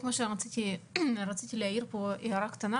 רציתי להעיר הערה קטנה.